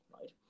right